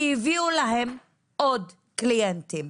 כי הביאו להם עוד קליינטים.